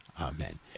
Amen